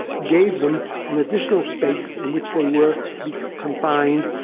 gave them an additional space in which they were to confined.